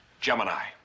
Gemini